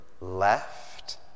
left